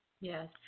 Yes